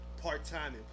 part-time